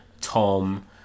Tom